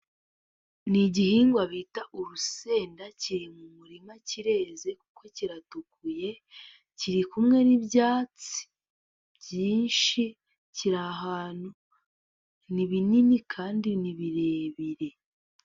Ni igihingwa bita urusenda kiri mu murima kireze kuko kiratukuye kiri kumwe n'ibyatsi byinshi kiri ahantu ni binini kandi ni birebire.